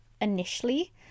initially